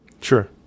Sure